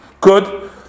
good